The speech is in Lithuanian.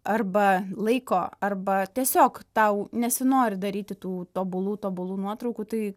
arba laiko arba tiesiog tau nesinori daryti tų tobulų tobulų nuotraukų tai